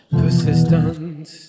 persistence